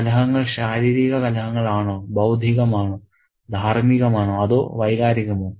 കലഹങ്ങൾ ശാരീരിക കലഹങ്ങളാണോ ബൌദ്ധികമാണോ ധാർമ്മികമാണോ അതോ വൈകാരികമോ